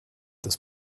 this